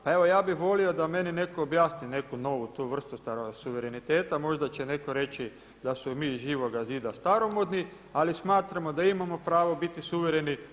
Pa evo ja bih volio da meni meko objasni neku novu tu vrstu suvereniteta, možda će neko reći da smo mi iz Živoga zida staromodni, ali smatramo da imamo pravo biti suvereni.